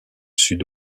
sud